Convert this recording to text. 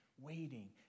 waiting